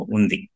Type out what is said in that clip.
Undi